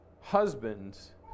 husbands